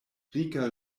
rika